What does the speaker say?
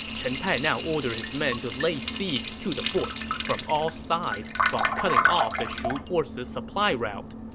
chen tai now ordered his men to lay siege to the forts from all sides while cutting off the shu forces' supply route.